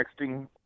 texting